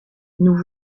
nous